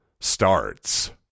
starts